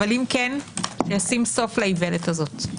אבל אם כן, ישים סוף לאיוולת הזאת.